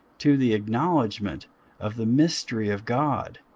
to the acknowledgement of the mystery of god,